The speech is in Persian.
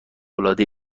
العاده